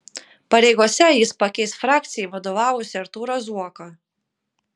pareigose jis pakeis frakcijai vadovavusį artūrą zuoką